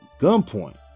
gunpoint